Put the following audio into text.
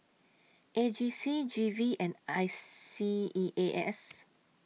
A G C G V and I S E A S